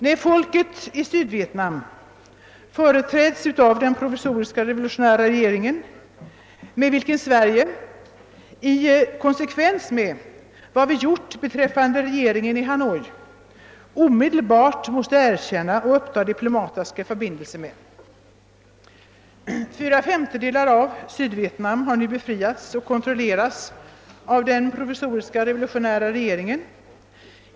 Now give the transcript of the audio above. Nej, folket i Sydvietnam företräds av den provisoriska revolutionära regeringen, som Sverige — i konsekvens med vårt handlande beträffande regeringen i Hanoi — omedelbart måste erkänna och uppta diplomatiska förbindelser med. Fyra femtedelar av Sydvietnam har nu befriats och kontrolleras av den provisoriska revolutionära regeringen.